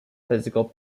physical